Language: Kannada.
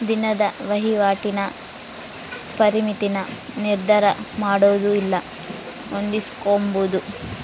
ದಿನದ ವಹಿವಾಟಿನ ಪರಿಮಿತಿನ ನಿರ್ಧರಮಾಡೊದು ಇಲ್ಲ ಹೊಂದಿಸ್ಕೊಂಬದು